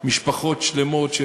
משפחות שלמות,